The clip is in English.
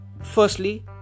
firstly